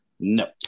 No